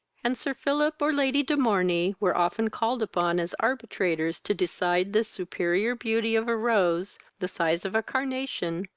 and sir philip or lady de morney were often called upon as arbitrators to decide the superior beauty of a rose, the size of a carnation,